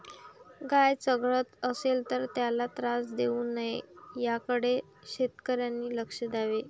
गाय चघळत असेल तर त्याला त्रास देऊ नये याकडे शेतकऱ्यांनी लक्ष द्यावे